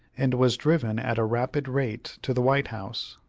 and was driven at a rapid rate to the white house.